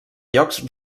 llocs